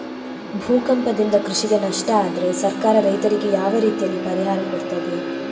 ಭೂಕಂಪದಿಂದ ಕೃಷಿಗೆ ನಷ್ಟ ಆದ್ರೆ ಸರ್ಕಾರ ರೈತರಿಗೆ ಯಾವ ರೀತಿಯಲ್ಲಿ ಪರಿಹಾರ ಕೊಡ್ತದೆ?